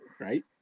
right